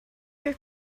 your